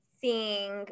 seeing